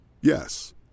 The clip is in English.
Yes